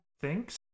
thanks